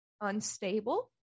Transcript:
unstable